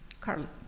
Carlos